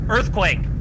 Earthquake